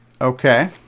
Okay